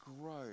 grow